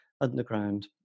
underground